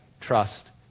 trust